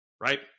right